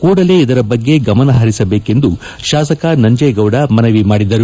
ಕೂಡಲೇ ಇದರ ಬಗ್ಗೆ ಗಮನಹರಿಸಬೇಕೆಂದು ಶಾಸಕ ನಂಜೀಗೌಡ ಮನವಿ ಮಾಡಿದರು